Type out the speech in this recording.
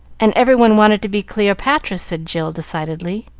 and every one wanted to be cleopatra, said jill decidedly.